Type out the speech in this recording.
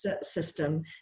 system